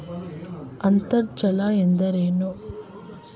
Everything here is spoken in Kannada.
ಅಂತರ್ಜಲ ಎಂದರೇನು?